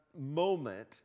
moment